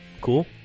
cool